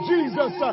Jesus